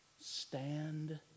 Stand